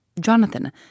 Jonathan